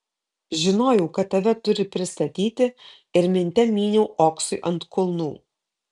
žinojau kad tave turi pristatyti ir minte myniau oksui ant kulnų